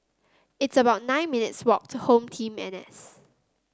it's about nine minutes' walk to HomeTeam N S